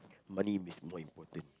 money is more important